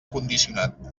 condicionat